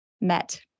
met